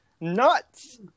nuts